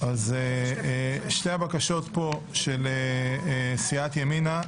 שתי הבקשות של סיעת ימינה,